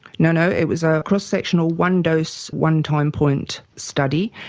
no, no, it was a cross sectional one dose one time point study.